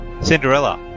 Cinderella